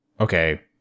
okay